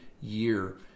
year